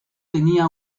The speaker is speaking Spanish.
tenía